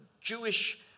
Jewish